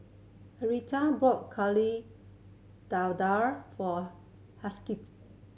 Henriette bought dadar for